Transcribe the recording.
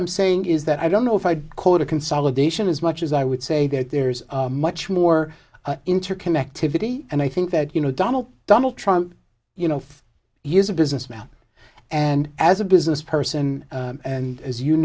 i'm saying is that i don't know if i'd call it a consolidation as much as i would say that there's much more interconnectivity and i think that you know donald donald trump you know he is a businessman and as a business person and as you